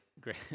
great